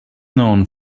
known